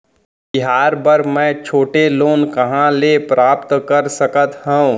तिहार बर मै छोटे लोन कहाँ ले प्राप्त कर सकत हव?